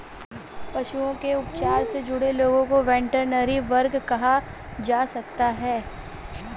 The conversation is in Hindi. पशुओं के उपचार से जुड़े लोगों को वेटरनरी वर्कर कहा जा सकता है